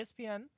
ESPN